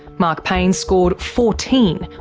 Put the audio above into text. mark payne scored fourteen,